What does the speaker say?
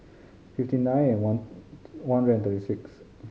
fifty nine and one one hundred and thirty six